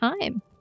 time